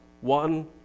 one